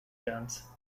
guns